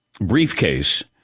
briefcase